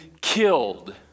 killed